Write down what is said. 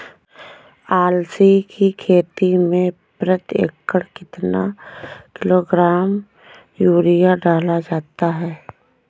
अलसी की खेती में प्रति एकड़ कितना किलोग्राम यूरिया डाला जाता है?